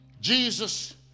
Jesus